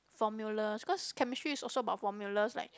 formulas cause chemistry is also about formulas like